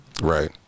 Right